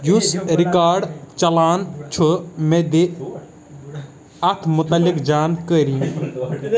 یُس رکارڈ چلان چھُ مےٚ دِ اتھ مُتعلق جانکٲری